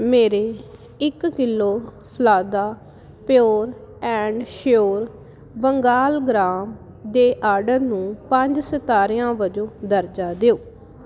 ਮੇਰੇ ਇੱਕ ਕਿੱਲੋ ਫਲਾਦਾ pure and sure Bengal gram ਦੇ ਆਰਡਰ ਨੂੰ ਪੰਜ ਸਿਤਾਰਿਆਂ ਵਜੋਂ ਦਰਜਾ ਦਿਓ